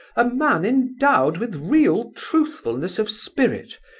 a man endowed with real truthfulness of spirit,